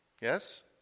Yes